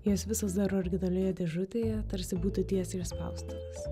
jos visos dar originalioje dėžutėje tarsi būtų tiesiai iš spaustuvės